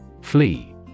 Flee